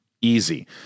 Easy